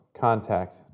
contact